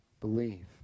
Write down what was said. believe